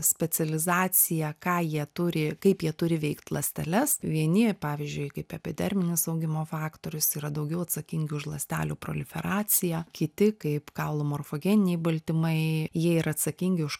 specializacija ką jie turi kaip jie turi veikt ląsteles vieni pavyzdžiui kaip epiderminis augimo faktorius yra daugiau atsakingi už ląstelių proliferaciją kiti kaip kaulų morfogeniniai baltymai jie yra atsakingi už